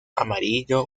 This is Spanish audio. amarillo